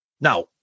Now